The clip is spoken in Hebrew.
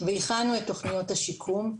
והכנו את תוכניות השיקום,